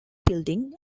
building